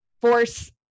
force